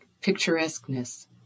picturesqueness